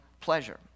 pleasure